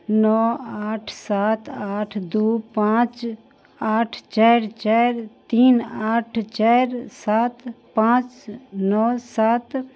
नओ आठ सात आठ दू पाॅंच आठ चारि चारि तीन आठ चारि सात पाॅंच नओ सात